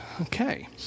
Okay